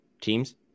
teams